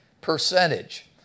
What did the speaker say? percentage